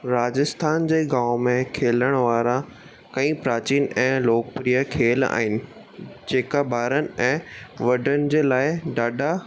राजस्थान जे गाम में खेॾण वारा कई प्राचीन ऐं लोकप्रिय खेल आहिनि जेका ॿारनि ऐं वॾनि जे लाइ ॾाढा